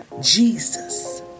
Jesus